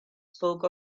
spoke